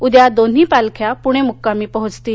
उद्या दोन्ही पालख्या पूणे मुक्कामी पोचतील